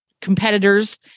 competitors